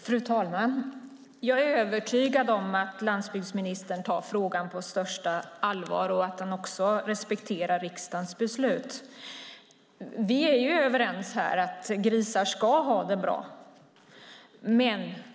Fru talman! Jag är övertygad om att landsbygdsministern tar frågan på största allvar och att han också respekterar riksdagens beslut. Vi är överens om att grisar ska ha det bra.